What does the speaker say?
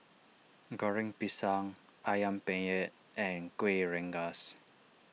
Goreng Pisang Ayam Penyet and Kueh Rengas